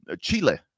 Chile